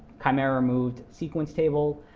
chimera-removed sequence table.